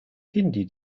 hindi